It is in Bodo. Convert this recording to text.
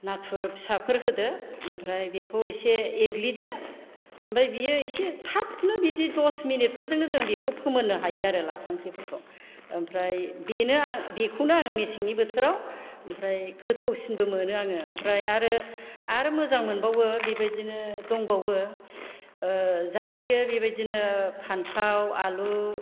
नाथुर फिसाफोर होदो ओमफ्राय बेखौ एसे एग्लिदो ओमफ्राय बेयो एसे थाबनो बिदि दस मिनिटफोरजोंनो जों बेखौ फोमोननो हायो आरो लाफा ओंख्रिफोरखौ ओमफ्राय बेनो आं बेखौनो आङो मेसेंनि बोथोराव ओमफ्राय गोथावसिनबो मोनो आङो ओमफ्राय आरो मोजां मोनबावो बेबायदिनो दंबावो जाजायो बेबायदिनो फान्थाव आलु